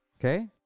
Okay